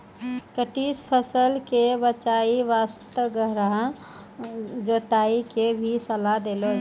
कीट सॅ फसल कॅ बचाय वास्तॅ गहरा जुताई के भी सलाह देलो जाय छै